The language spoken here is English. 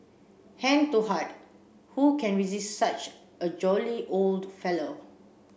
hand to heart who can resist such a jolly old fellow